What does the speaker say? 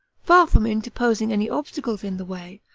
far from interposing any obstacles in the way,